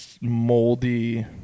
moldy